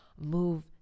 move